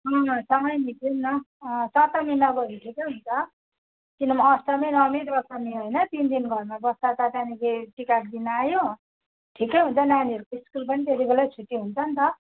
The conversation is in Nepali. अँ सँगै निस्कौँ न अँ सप्तमीमा गयो भने ठिकै हुन्छ किनभने अष्टमी नवमी दशमी होइन तिन दिन घरमा बस्दा त त्यहाँदेखि टिकाको दिन आयो ठिकै हुन्छ नानीहरूको स्कुल पनि त्यतिबेला नै छुट्टी हुन्छ नि त